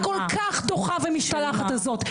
הכל כך דוחה ומשתלחת הזאת שלך.